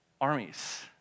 armies